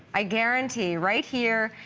i guarantee right here,